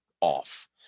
off